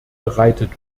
bereitet